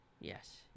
Yes